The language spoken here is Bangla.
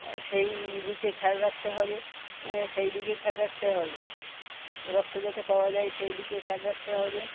সেই দিকে খেয়াল রাখতে হবে সেই দিকে খেয়াল রাখতে হবে রক্ত যাতে পাওয়া যায় সেই দিকে খেয়াল রাখতে হবে